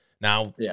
now